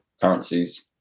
currencies